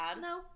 No